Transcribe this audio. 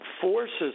forces